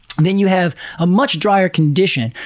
then you have a much dryer condition.